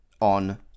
on